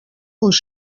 uns